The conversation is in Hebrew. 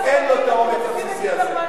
אין לו את האומץ הבסיסי הזה.